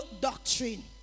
doctrine